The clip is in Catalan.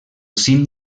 cim